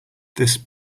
this